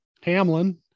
Hamlin